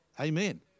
Amen